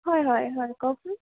হয় হয় হয় কওকচোন